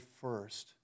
first